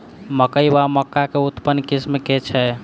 मकई वा मक्का केँ उन्नत किसिम केँ छैय?